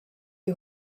you